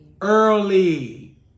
Early